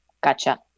Gotcha